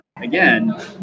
Again